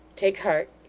take heart,